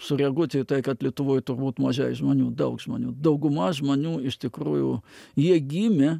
sureaguoti į tai kad lietuvoj turbūt mažai žmonių daug žmonių dauguma žmonių iš tikrųjų jie gimė